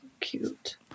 cute